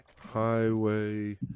Highway